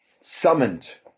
summoned